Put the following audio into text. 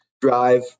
drive